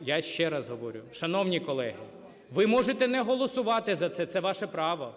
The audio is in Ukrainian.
Я ще раз говорю, шановні колеги, ви можете не голосувати за це – це ваше право.